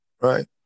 Right